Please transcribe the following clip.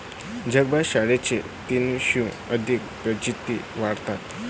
जगभरात शेळीच्या तीनशेहून अधिक प्रजाती आढळतात